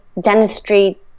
dentistry